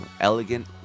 elegant